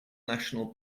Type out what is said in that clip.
national